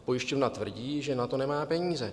A pojišťovna tvrdí, že na to nemá peníze.